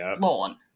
lawn